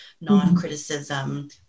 non-criticism